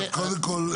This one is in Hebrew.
אז קודם כל.